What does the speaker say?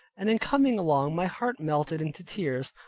and in coming along my heart melted into tears,